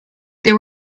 there